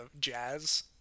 jazz